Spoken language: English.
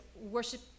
worship